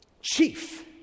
chief